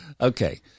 Okay